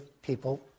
People